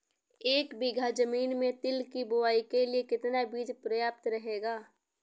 एक बीघा ज़मीन में तिल की बुआई के लिए कितना बीज प्रयाप्त रहेगा?